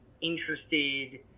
interested